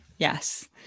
Yes